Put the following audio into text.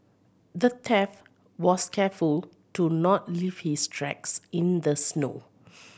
the thief was careful to not leave his tracks in the snow